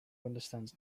understands